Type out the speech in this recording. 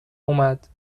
اومد